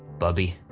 bubbie,